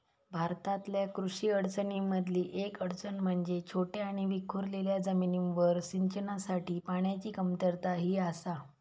भारतातल्या कृषी अडचणीं मधली येक अडचण म्हणजे छोट्या आणि विखुरलेल्या जमिनींवर सिंचनासाठी पाण्याची कमतरता ही आसा